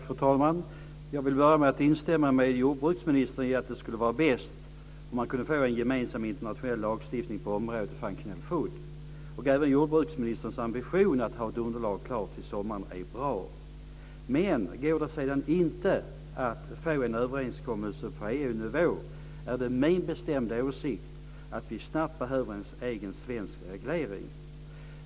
Fru talman! Jag vill börja med att instämma med jordbruksministern när det gäller att det skulle vara bäst om man kunde få en gemensam internationell lagstiftning på området functional food. Även jordbruksministerns ambitioner att ha ett underlag klart till sommaren är bra. Men går det sedan inte att få en överenskommelse på EU-nivå är det min bestämda åsikt att vi snabbt behöver en egen svensk reglering.